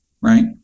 Right